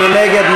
מי נגד?